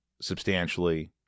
substantially